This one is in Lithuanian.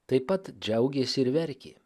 taip pat džiaugėsi ir verkė